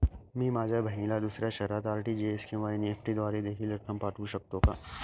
मी माझ्या बहिणीला दुसऱ्या शहरात आर.टी.जी.एस किंवा एन.इ.एफ.टी द्वारे देखील रक्कम पाठवू शकतो का?